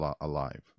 alive